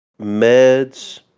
meds